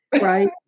Right